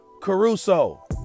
Caruso